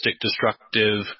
destructive